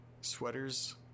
Sweaters